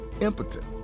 impotent